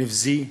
הנבזי,